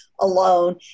alone